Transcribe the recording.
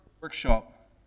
workshop